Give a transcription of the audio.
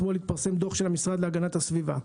אתמול התפרסם דו"ח של המשרד להגנת הסביבה,